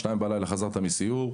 שתיים בלילה חזרת מסיור,